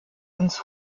ins